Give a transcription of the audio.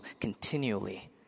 continually